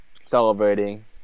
celebrating